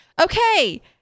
Okay